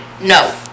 no